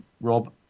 Rob